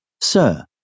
Sir